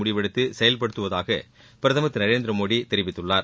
முடிவெடுத்து செயல்படுத்துவதாக பிரதமர் திரு நரேந்திரமோடி தெரிவித்துள்ளார்